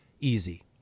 easy